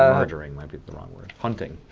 murdering might be the wrong word. hunting.